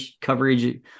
coverage